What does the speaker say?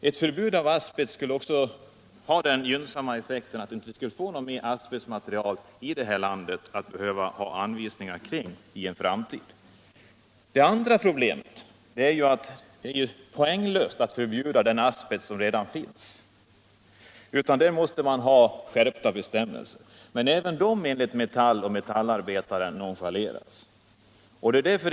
Ett förbud mot asbest skulle också ha den gynnsamma effekten att vi i en framtid inte skulle få något mer asbestmaterial i detta land att ha anvisningar om. Det andra problemet är att det är poänglöst att förbjuda den asbest som redan finns. Här måste man få en skärpning av bestämmelserna, men enligt Metall och Metallarbetaren nonchaleras även de bestämmelser som redan finns.